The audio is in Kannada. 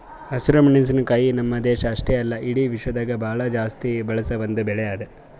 ಹಸಿರು ಮೆಣಸಿನಕಾಯಿ ನಮ್ಮ್ ದೇಶ ಅಷ್ಟೆ ಅಲ್ಲಾ ಇಡಿ ವಿಶ್ವದಾಗೆ ಭಾಳ ಜಾಸ್ತಿ ಬಳಸ ಒಂದ್ ಬೆಳಿ ಅದಾ